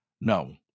no